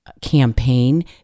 campaign